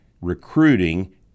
recruiting